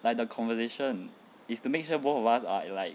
like the conversation is to make sure both of us are like